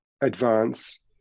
advance